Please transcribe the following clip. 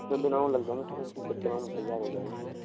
इसमें बिलोवर लग जाएंगे तो कुछ दिनो में तैयार हो जाएगी वो